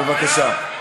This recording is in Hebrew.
בבקשה.